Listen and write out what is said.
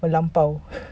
melampau